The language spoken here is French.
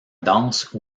danse